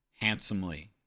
handsomely